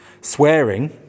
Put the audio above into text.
Swearing